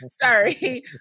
Sorry